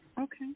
Okay